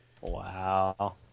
Wow